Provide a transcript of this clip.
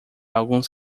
alguns